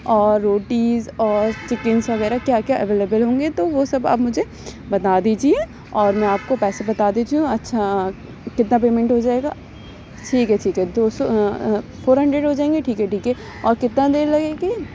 اور روٹی اور چکنز وغیرہ کیا کیا اویلیبل ہوں گے تو وہ سب آپ مجھے بتا دیجیے اور میں آپ کو پیسے بتا دیتی ہوں اچھا کتنا پیمینٹ ہو جائے گا ٹھیک ہے ٹھیک ہے دو سو فور ہنڈریڈ ہو جائیں گے ٹھیک ہے ٹھیک ہے اور کتنا دیر لگے گی